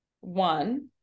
one